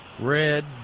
Red